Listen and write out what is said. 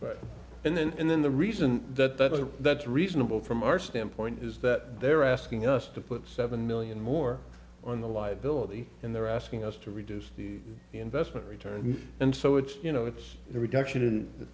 probably and then and then the reason that that's reasonable from our standpoint is that they're asking us to put seven million more on the liability and they're asking us to reduce the investment return and so it's you know it's a reduction